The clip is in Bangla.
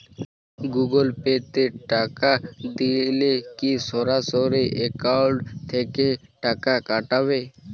গুগল পে তে টাকা দিলে কি সরাসরি অ্যাকাউন্ট থেকে টাকা কাটাবে?